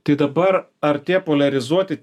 tai dabar ar tie poliarizuoti